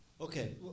Okay